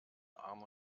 arm